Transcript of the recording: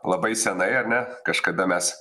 labai senai ar ne kažkada mes